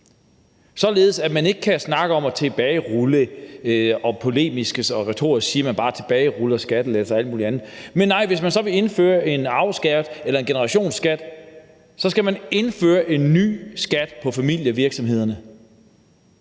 således at man ikke kan snakke om at tilbagerulle den – altså at man polemisk og retorisk kan sige, at man tilbageruller skattelettelser eller alt muligt andet. For nej, hvis man så vil indføre en arveskat eller generationsskat, skal man indføre en ny skat på familievirksomhederne